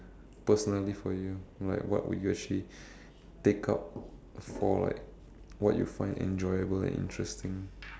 personally for you like what would you actually take up for like what you find enjoyable and interesting